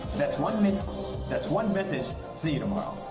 that's one min that's one message. see you tomorrow!